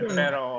pero